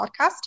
podcast